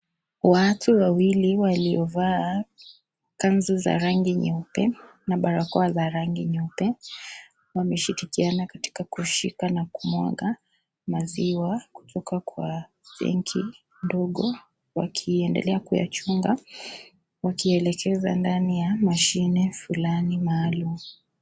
Watu wawili waliovaa kanzu za rangi nyeupe na barakoa za rangi nyeupe. Wameshirikiana katika kushika na kumwaga maziwa kutoka kwa tenki ndogo wakiendelea kuyachunga. Wakielekeza ndani ya mashine fulani maalumu